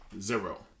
zero